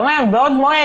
אתה אומר בעוד מועד.